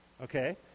Okay